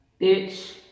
Bitch